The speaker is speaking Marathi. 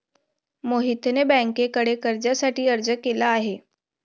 मोहितने बँकेकडे कर्जासाठी अर्ज केला आहे